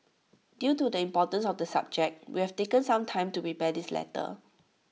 due to the importance of the subject we have taken some time to prepare this letter